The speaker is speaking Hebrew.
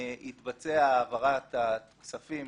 תתבצע העברת הכספים